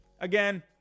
again